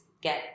get